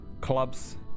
clubs